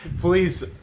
please